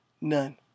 None